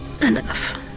enough